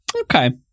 Okay